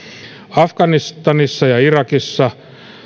afganistanissa ja irakissa